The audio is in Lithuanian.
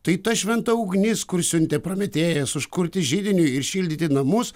tai ta šventa ugnis kur siuntė prometėjas užkurti židinį ir šildyti namus